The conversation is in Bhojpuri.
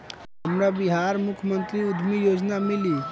हमरा बिहार मुख्यमंत्री उद्यमी योजना मिली?